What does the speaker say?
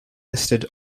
listed